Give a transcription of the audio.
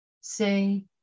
Say